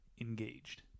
engaged